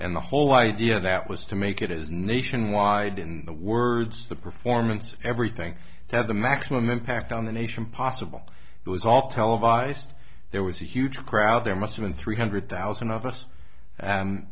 and the whole idea of that was to make it as nationwide in the words of the performance everything had the maximum impact on the nation possible it was all televised there was a huge crowd there must have been three hundred thousand of us